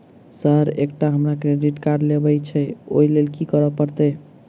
Sir एकटा हमरा credit card लेबकै छैय ओई लैल की करऽ परतै?